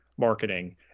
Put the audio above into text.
marketing